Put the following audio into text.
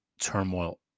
turmoil